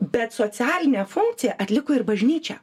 bet socialinę funkciją atliko ir bažnyčia